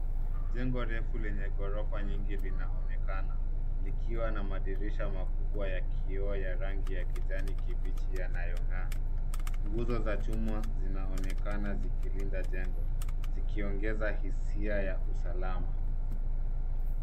Jengo refu lenye ghorofa nyingi linaonekana likiwa na madirisha makubwa ya kioo ya rangi ya kijani kibichi yanayong'aa. Nguzo za chuma zinaonekana zikilinda jengo zikiogeza hisia ya usalama.